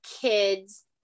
kids